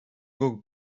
guk